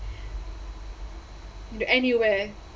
anywhere